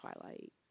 Twilight